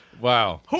Wow